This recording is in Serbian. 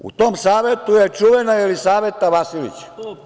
U tom savetu je čuvena Jelisaveta Vasilić.